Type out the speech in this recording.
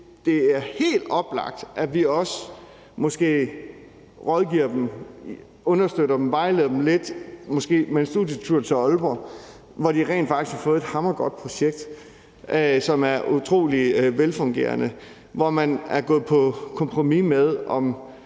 det er helt oplagt, at vi måske også rådgiver, understøtter og vejleder dem lidt, f.eks. med en studietur til Aalborg, og at de rent faktisk kan få et hammergodt projekt, som er utrolig velfungerende, og hvor man er gået på kompromis med